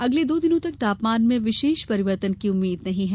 अगले दो दिनों तक तापमान में विशेष परिवर्तन की उम्मीद नहीं है